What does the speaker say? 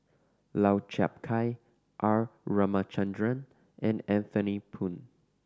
Lau Chiap Khai R Ramachandran and Anthony Poon